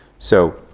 so,